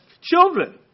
children